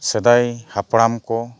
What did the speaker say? ᱥᱮᱫᱟᱭ ᱦᱟᱯᱲᱟᱢ ᱠᱚ